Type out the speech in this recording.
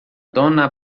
donna